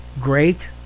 great